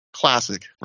Classic